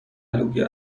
لوبیا